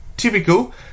typical